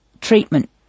treatment